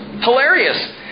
Hilarious